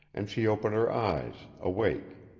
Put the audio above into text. and she opened her eyes, awake.